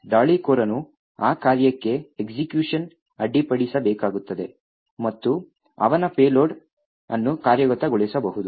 ದಾಳಿಕೋರನು ಆ ಕಾರ್ಯಕ್ಕೆ ಎಸ್ಎಕ್ಯುಷನ್ ಅಡ್ಡಿಪಡಿಸಬೇಕಾಗುತ್ತದೆ ಮತ್ತು ಅವನ ಪೇಲೋಡ್ ಅನ್ನು ಕಾರ್ಯಗತಗೊಳಿಸಬಹುದು